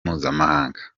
mpuzamahanga